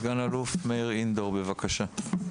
סגן אלוף מאיר אינדור, בבקשה.